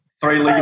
Three